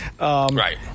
Right